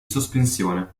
sospensione